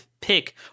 pick